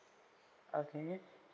okay